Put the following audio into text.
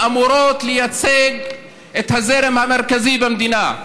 שאמורות לייצג את הזרם המרכזי במדינה.